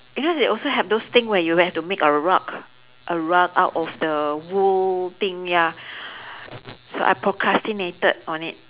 you know they also have those thing where you will have to make a rug a rug out of the wool thing ya so I procrastinated on it